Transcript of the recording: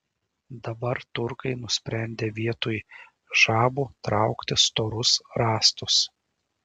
dabar turkai nusprendė vietoj žabų traukti storus rąstus